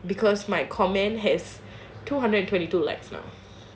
because my comment has two hundred and twenty two likes now